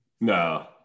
No